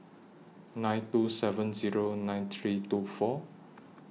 nine two seven Zero nine three two four